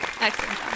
Excellent